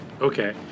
Okay